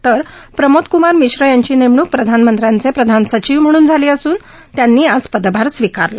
तर प्रमोद कुमार मिश्र यांची नेमणूक प्रधानमंत्र्यांचे प्रधान सचिव म्हणून झाली असून त्यांनी आज पदभार स्वीकारला